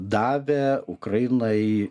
davė ukrainai